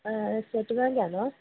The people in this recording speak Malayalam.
സ്റ്റേറ്റ് ബാങ്ക് ആണോ